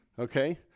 Okay